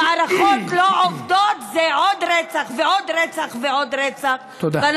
"מערכות לא עובדות" זה עוד רצח ועוד רצח ועוד רצח,